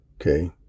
Okay